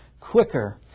quicker